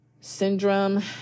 syndrome